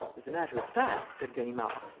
as a matter of fact, said ganimard,